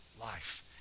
life